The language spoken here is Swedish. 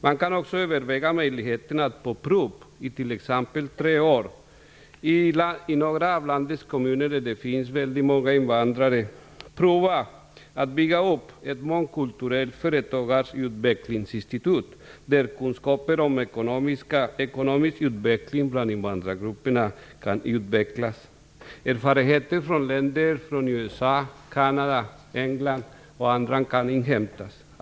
Man kan också överväga möjligheten att i några kommuner med många invandrare, på prov under t.ex. tre år, bygga upp ett mångkulturellt företagarutvecklingsinstitut där kunskaper om ekonomisk utveckling bland invandrargrupperna kan utvecklas. Erfarenheter från länder som USA, Kanada, England m.fl. kan inhämtas.